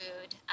food